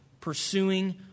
pursuing